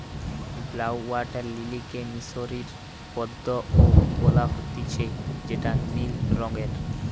blue water লিলিকে মিশরীয় পদ্ম ও বলা হতিছে যেটা নীল রঙের